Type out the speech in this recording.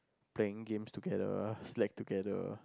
playing games together slack together